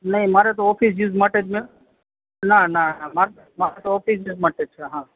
નહીં મારે તો ઓફિસ યુસ માટે છે ના ના મારે તો ઓફિસ યુસ માટે જ છે સારું